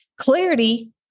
Clarity